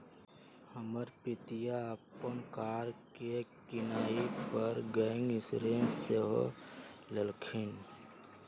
हमर पितिया अप्पन कार के किनाइ पर गैप इंश्योरेंस सेहो लेलखिन्ह्